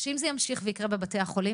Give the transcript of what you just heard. שאם זה ימשיך ויקרה בבתי החולים,